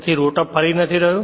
તેથી રોટર ફરી નથી રહ્યું